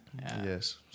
Yes